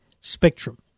spectrum